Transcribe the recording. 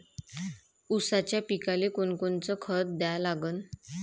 ऊसाच्या पिकाले कोनकोनचं खत द्या लागन?